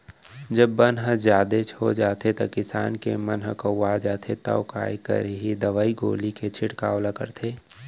जब बन ह जादेच हो जाथे त किसान के मन ह कउवा जाथे तौ काय करही दवई गोली के छिड़काव ल करथे